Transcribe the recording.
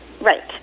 right